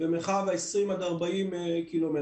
במרחב ה-20 עד 40 קילומטרים.